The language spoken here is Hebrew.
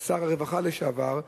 חברי שר הרווחה לשעבר.